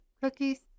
cookies